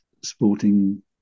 sporting